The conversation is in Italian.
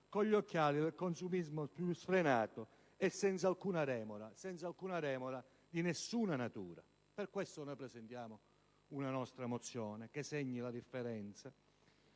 con gli occhiali del consumismo più sfrenato e senza remore di alcuna natura. Per questo motivo presentiamo una nostra mozione che segni la differenza.